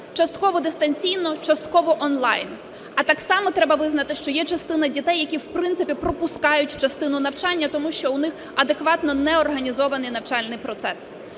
частково дистанційно, частково онлайн. А так само треба визнати, що є частина дітей, які, в принципі, пропускають частину навчання, тому що в них адекватно не організований навчальний процес.